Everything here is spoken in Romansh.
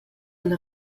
alla